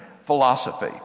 philosophy